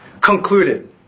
concluded